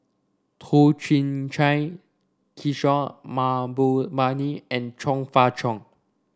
Toh Chin Chye Kishore Mahbubani and Chong Fah Cheong